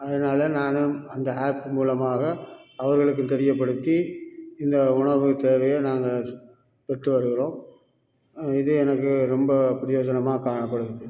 அதனால நானும் அந்த ஆப் மூலமாக அவர்களுக்கு தெரியப்படுத்தி இந்த உணவு தேவையை நாங்கள் பெற்று வருகிறோம் இது எனக்கு ரொம்ப பிரயோஜனமாக காணப்படுது